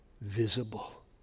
visible